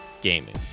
gaming